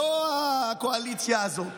לא הקואליציה הזו,